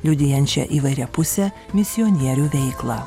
liudijančią įvairiapusę misionierių veiklą